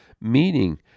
meaning